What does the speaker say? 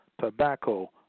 tobacco